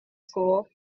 school